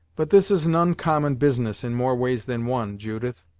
but this is an uncommon business in more ways than one, judith.